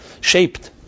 shaped